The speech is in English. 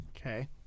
Okay